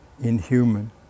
inhuman